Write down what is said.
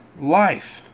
life